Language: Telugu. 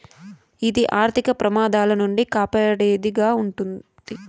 ఇది ఆర్థిక ప్రమాదాల నుండి కాపాడేది గా ఉంటది